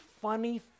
funny